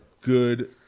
good